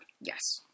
Yes